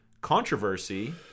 controversy